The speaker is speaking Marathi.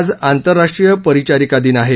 आज आंतरराष्ट्रीय परिचारिका दिन आहे